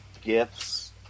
gifts